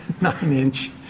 nine-inch